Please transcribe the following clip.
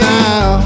now